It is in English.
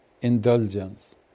indulgence